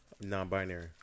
Non-binary